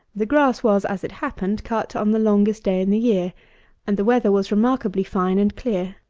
the grass was, as it happened, cut on the longest day in the year and the weather was remarkably fine and clear.